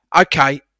okay